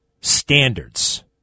Standards